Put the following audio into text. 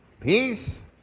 Peace